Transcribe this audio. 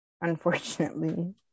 unfortunately